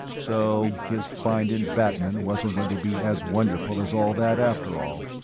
so his find in batmen wasn't going to be as wonderful as all that, after all.